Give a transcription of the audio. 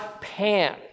Pan